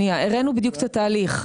הראינו בדיוק את התהליך,